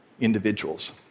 individuals